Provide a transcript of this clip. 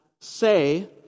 say